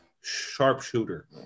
sharpshooter